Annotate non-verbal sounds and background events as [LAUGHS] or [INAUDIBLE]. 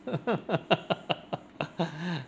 [LAUGHS]